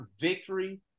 victory